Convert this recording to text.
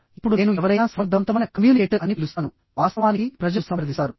ఇప్పుడు నేను ఎవరైనా సమర్థవంతమైన కమ్యూనికేటర్ అని పిలుస్తాను వాస్తవానికి ప్రజలు సంప్రదిస్తారు